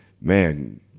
man